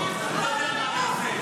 אל תעשה עליי פוליטיקה,